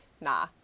nah